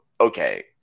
okay